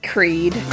Creed